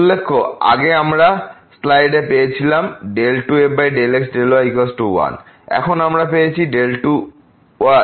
উল্লেখ্য আগে আমরা আগের স্লাইডে পেয়েছিলাম 2 এf∂x∂y 1 এবং এখন আমরা পেয়েছি 2f∂y∂x 1